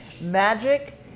Magic